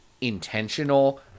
intentional